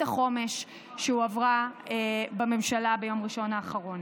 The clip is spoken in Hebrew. החומש שהועברה בממשלה ביום ראשון האחרון.